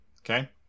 Okay